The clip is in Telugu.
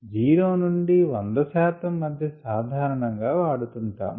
0 నుండి 100 శాతం మధ్య సాధారణం గా వాడుతుంటాము